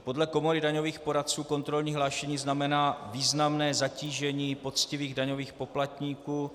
Podle Komory daňových poradců kontrolní hlášení znamená významné zatížení poctivých daňových poplatníků.